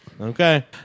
Okay